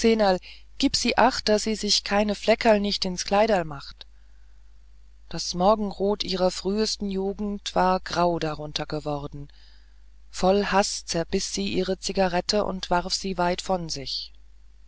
gib sie acht daß sie sich keine fleckerle nicht ins kleiderle macht das morgenrot ihrer frühesten jugend war grau darunter geworden voll haß zerbiß sie ihre zigarette und warf sie weit von sich